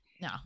no